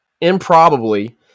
improbably